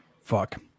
Fuck